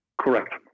Correct